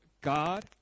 God